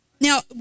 Now